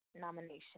nomination